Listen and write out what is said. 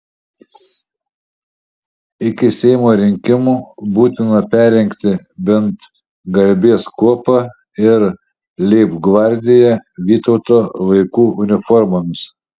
iki seimo rinkimų būtina perrengti bent garbės kuopą ir leibgvardiją vytauto laikų uniformomis